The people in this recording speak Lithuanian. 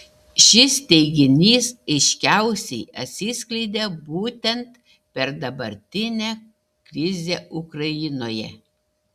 šis teiginys aiškiausiai atsiskleidė būtent per dabartinę krizę ukrainoje